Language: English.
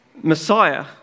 Messiah